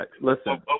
listen